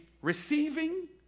receiving